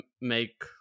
make